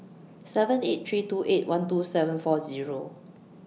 seven eight three two eight one two seven four Zero